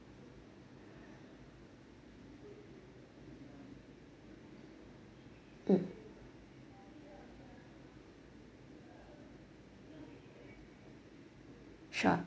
mm sure